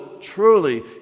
truly